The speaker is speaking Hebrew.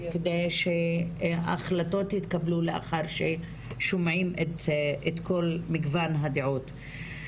כדי שההחלטות יתקבלו לאחר ששומעים את כל מגוון הדעות.